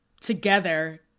together